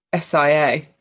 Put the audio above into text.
Sia